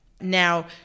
Now